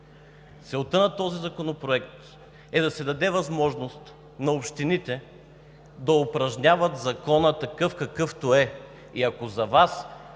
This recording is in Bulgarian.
Целта на този законопроект е да се даде възможност на общините да упражняват закона такъв, какъвто е. И ако за Вас